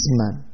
man